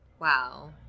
wow